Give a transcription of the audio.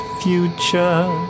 future